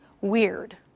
weird